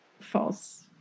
false